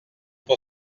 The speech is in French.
pour